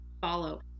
follow